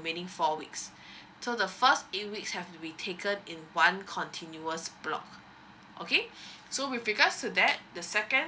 meaning four weeks so the first eight weeks have to be taken in one continuous block okay so with regards to that the second